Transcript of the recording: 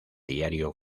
diario